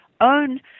own